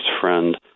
friend